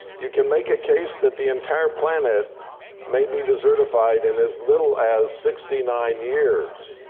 you can make a case that the entire planet may be desertified in as little as sixty nine years.